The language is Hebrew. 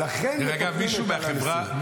ולכן מברכים את "על הניסים".